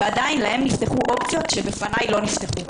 ועדיין להם נפתחו אופציות שבפניי לא נפתחו.